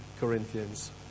Corinthians